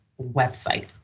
website